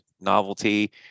Novelty